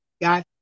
got